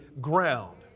ground